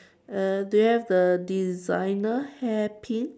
uh they have the designer hair pin